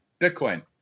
Bitcoin